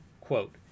Quote